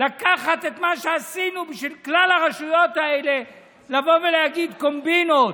לקחת את מה שעשינו בשביל כלל הרשויות האלה ולהגיד קומבינות?